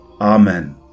Amen